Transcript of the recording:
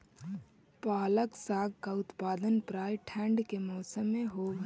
पालक साग का उत्पादन प्रायः ठंड के मौसम में होव हई